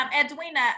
Edwina